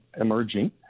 emerging